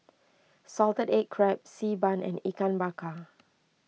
Salted Egg Crab Xi Ban and Ikan Bakar